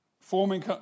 Forming